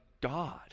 God